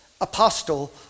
apostle